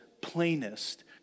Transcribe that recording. plainest